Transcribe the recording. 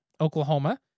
Oklahoma